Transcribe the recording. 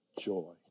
joy